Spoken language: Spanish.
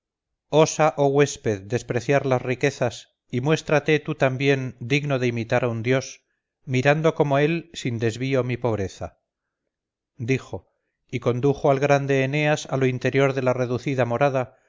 osa oh huésped despreciar las riquezas y muéstrate tú también digno de imitar a un dios mirando como él sin desvío mi pobreza dijo y condujo al grande eneas a lo interior de la reducida morada